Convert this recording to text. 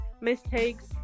mistakes